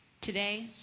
Today